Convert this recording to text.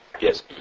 Yes